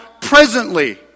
presently